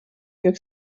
york